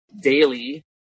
daily